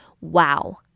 Wow